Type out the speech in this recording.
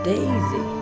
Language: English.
Daisy